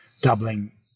doubling